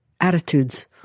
attitudes